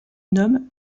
nomme